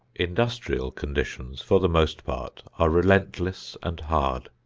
industrial conditions for the most part are relentless and hard.